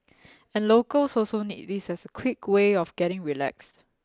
and locals also need this as a quick way of getting relaxed